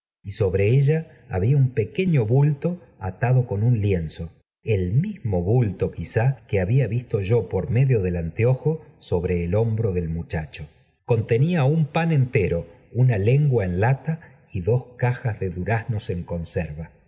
y sobre ella había un pequeño bulto atado con un lienzo el mismo bulto quizá que había visto yo por medio del anteojo sobre el hombro del muchacho contenía un pan entero una lengua en lata y dos cajas de duraznos en conserva